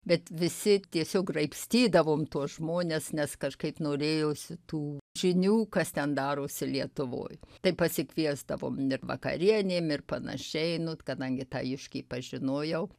bet visi tiesiog graibstydavom tuos žmones nes kažkaip norėjosi tų žinių kas ten darosi lietuvoj tai pasikviesdavom ir vakarienėm ir panašiai nu kadangi tą juškį pažinojau